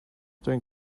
during